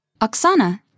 Oksana